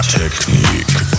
technique